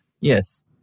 Yes